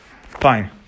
Fine